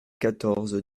quatorze